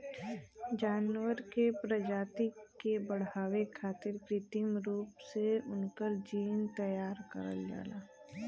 जानवर के प्रजाति के बढ़ावे खारित कृत्रिम रूप से उनकर जीन तैयार करल जाला